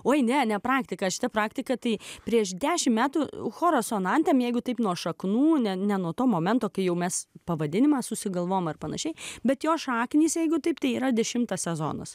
oi ne ne praktika šita praktika tai prieš dešimt metų choras sonantėm jeigu taip nuo šaknų ne ne nuo to momento kai jau mes pavadinimą susigalvojome ar pan bet jo šaknys jeigu taip tai yra dešimtas sezonas